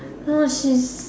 no she's